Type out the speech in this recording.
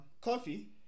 coffee